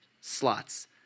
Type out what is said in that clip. slots